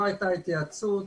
לא הייתה התייעצות,